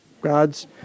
God's